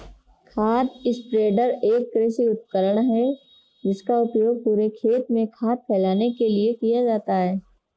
खाद स्प्रेडर एक कृषि उपकरण है जिसका उपयोग पूरे खेत में खाद फैलाने के लिए किया जाता है